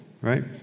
right